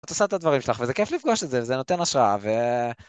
את עושה את הדברים שלך, וזה כיף לפגוש את זה. וזה נותן השראה ו...